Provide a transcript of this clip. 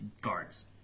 guards